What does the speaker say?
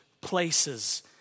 places